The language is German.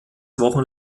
wochen